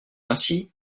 ainsi